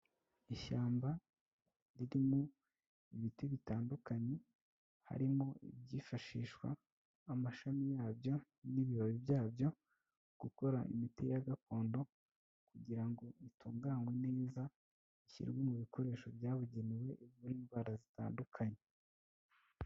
Ishyamba ririmo ibiti bitandukanye harimo ibyifashishwa amashami yabyo n'ibibabi byabyo gukora imiti ya gakondo kugira ngo bitunganywe neza bishyirwe mu bikoresho byabugenewe bivure indwara zitandukanye.